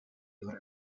loro